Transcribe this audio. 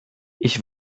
ich